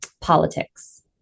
politics